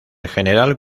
general